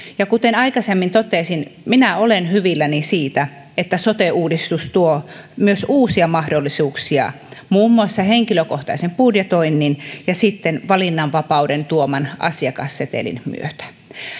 ja kuten aikaisemmin totesin minä olen hyvilläni siitä että sote uudistus tuo myös uusia mahdollisuuksia muun muassa henkilökohtaisen budjetoinnin ja valinnanvapauden tuoman asiakassetelin myötä